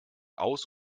aus